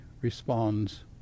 responds